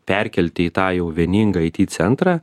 perkelti į tą jau vieningą aiti centrą